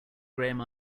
graeme